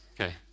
Okay